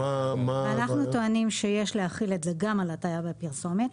אנחנו טוענים שיש להחיל את זה גם על הטעיה בפרסומת.